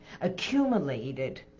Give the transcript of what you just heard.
accumulated